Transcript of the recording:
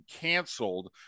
canceled